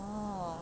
orh